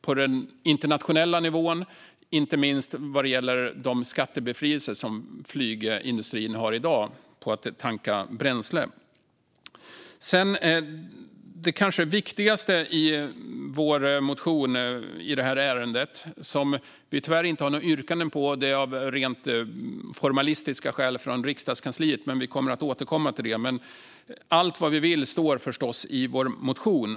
På internationell nivå handlar det inte minst om de skattebefrielser som flygindustrin har i dag när man tankar bränsle. Det kanske viktigaste i vår motion i ärendet har vi tyvärr inget yrkande om. Det beror på rent formalistiska skäl som riksdagens centralkansli utgår från, men vi kommer att återkomma till det här. Allt vad vi vill står förstås i vår motion.